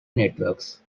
networks